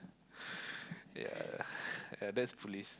ya ya that's police